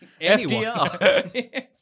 FDR